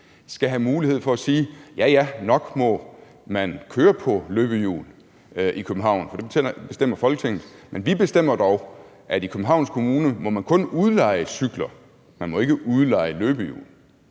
skal have mulighed for at sige, at ja, ja, nok må man køre på løbehjul i København, for det bestemmer Folketinget, men vi bestemmer dog, at man i Københavns Kommune kun må udleje cykler. Man må ikke udleje løbehjul.